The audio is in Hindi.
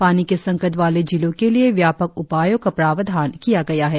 पानी के संकट वाले जिलों के लिए व्यापक उपायों का प्रावधान किया गया है